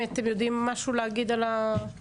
אם אתם יודעים משהו להגיד על ה- כן,